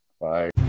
Bye